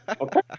Okay